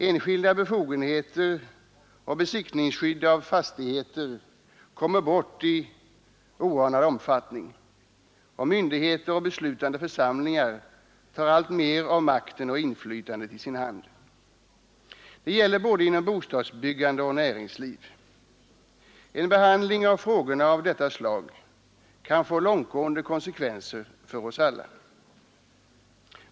Enskilda befogenheter och besittningskydd till fastigheter kommer bort i oanad omfattning. Myndighet och beslutande församlingar tar alltmera av makten och inflytandet i sin hand. Det gäller såväl inom bostadsbyggandet som inom näringsliv. En sådan behandling av markfrågorna kan få långtgående konsekvenser för oss alla.